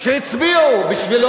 שהצביעו בשבילו